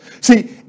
See